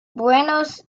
buenos